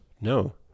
no